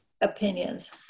opinions